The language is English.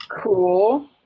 Cool